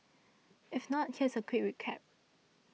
if not here's a quick recap